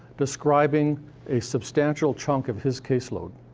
describing a substantial chunk of his caseload.